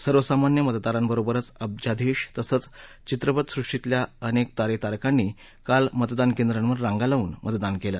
सर्वसामान्य मतदारांबरोबरच अब्जाधीश तसंच चित्रपट सृष्टीतल्या अनेक तारे तारकांनी काल मतदान केंद्रांवर रांगा लावून मतदान केलं